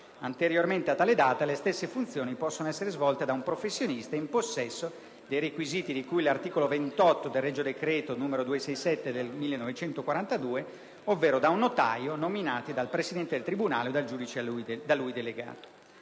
Anteriormente a tale data, le stesse funzioni possono essere svolte da un professionista in possesso dei requisiti di cui all'articolo 28 del regio decreto n. 267 del 1942, ovvero da un notaio, nominati dal presidente del tribunale o dal giudice da lui delegato.